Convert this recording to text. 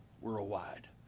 worldwide